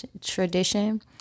Tradition